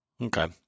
okay